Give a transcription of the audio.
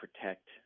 protect